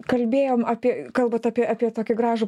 kalbėjom apie kalbat apie apie tokį gražų